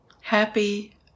happy